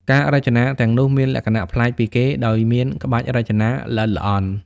ការរចនាទាំងនោះមានលក្ខណៈប្លែកពីគេដោយមានក្បាច់រចនាល្អិតល្អន់។